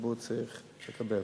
הציבור צריך לקבל.